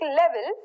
level